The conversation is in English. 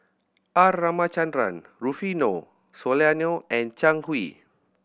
R Ramachandran Rufino Soliano and Zhang Hui